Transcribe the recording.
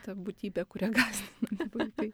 ta būtybė kuria gąsdinami vaikai